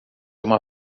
uma